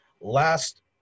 last